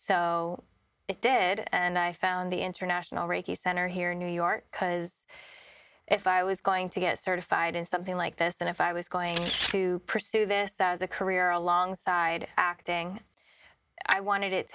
so it did and i found the international reiki center here in new york because if i was going to get certified in something like this and if i was going to pursue this as a career alongside acting i wanted it